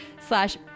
slash